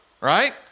right